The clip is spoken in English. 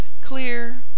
clear